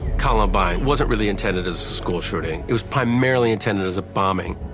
columbine wasn't really intended as a school shooting, it was primarily intended as a bombing,